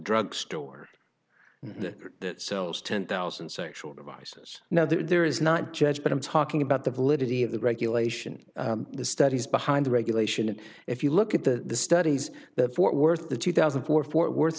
drug store that sells ten thousand sexual devices now there is not judge but i'm talking about the validity of the regulation the studies behind the regulation and if you look at the studies the fort worth the two thousand and four fort worth